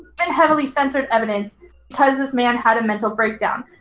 and heavily censored evidence because this man had a mental breakdown.